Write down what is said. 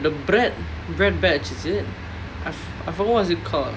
it's what is it called the bread bread batch is it I I forgot what is it called